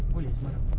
boleh semua orang